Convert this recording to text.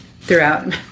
throughout